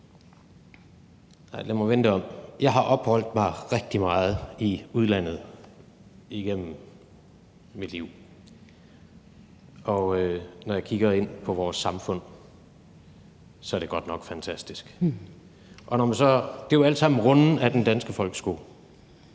Jens Rohde (KD): Jeg har opholdt mig rigtig meget i udlandet igennem mit liv, og når jeg kigger ind på vores samfund, er det godt nok fantastisk. Og det er jo alt sammen rundet af den danske folkeskole,